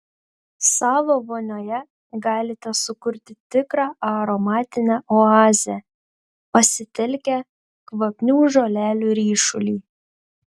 savo vonioje galite sukurti tikrą aromatinę oazę pasitelkę kvapnių žolelių ryšulį